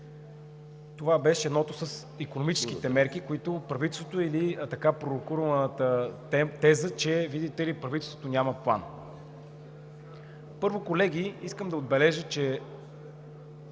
Едното беше за икономическите мерки на правителството, или така пророкуваната теза, че видите ли, правителството няма план. Първо, колеги искам да отбележа, че